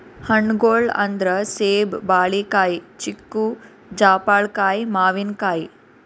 ಹಣ್ಣ್ಗೊಳ್ ಅಂದ್ರ ಸೇಬ್, ಬಾಳಿಕಾಯಿ, ಚಿಕ್ಕು, ಜಾಪಳ್ಕಾಯಿ, ಮಾವಿನಕಾಯಿ